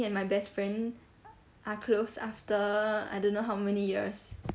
and my bestfriend are close after I don't know how many years